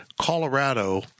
Colorado